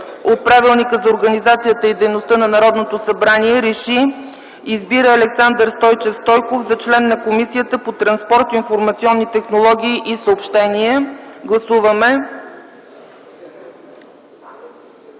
Правилника за организацията и дейността на Народното събрание РЕШИ: Избира Александър Стойчев Стойков за член на Комисията по транспорт, информационни технологии и съобщения”. Гласуваме.